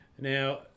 Now